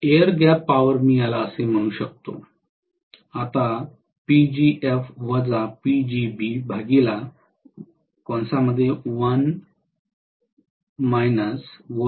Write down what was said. air gap power मी याला असे म्हणू शकतो